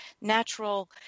natural